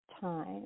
time